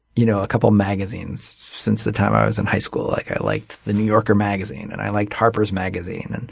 you know a couple magazines since the time i was in high school. like i liked the new yorker magazine, and i liked harper's magazine, and